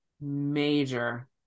major